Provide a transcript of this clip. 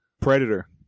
Predator